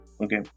Okay